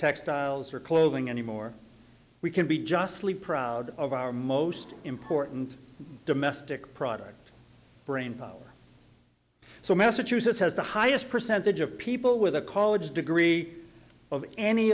textiles or clothing anymore we can be justly proud of our most important domestic product brain so massachusetts has the highest percentage of people with a college degree of any